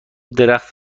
درخت